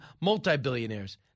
multi-billionaires